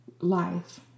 life